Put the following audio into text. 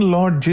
Lord